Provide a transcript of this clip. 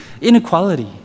inequality